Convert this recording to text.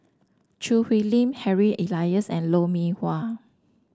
Choo Hwee Lim Harry Elias and Lou Mee Wah